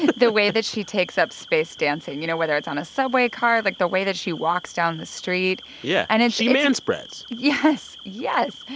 the way that she takes up space dancing, you know, whether it's on a subway car like, the way that she walks down the street. yeah and it's. and she manspreads yes, yes.